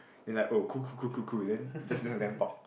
then like oh cool cool cool cool then just let them talk